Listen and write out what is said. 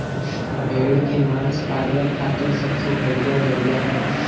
भेड़ क मांस फाइबर खातिर सबसे बढ़िया जरिया हौ